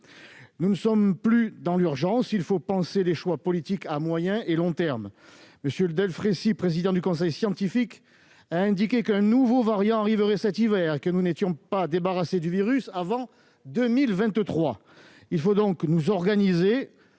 Nous ne sommes plus dans l'urgence ; il faut penser les choix politiques à moyen et long terme. M. Delfraissy, président du conseil scientifique, a indiqué qu'un nouveau variant arriverait cet hiver, et que nous ne serions pas débarrassés du virus avant 2023. Il faut donc, enfin, nous organiser